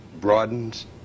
broadens